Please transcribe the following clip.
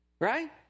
Right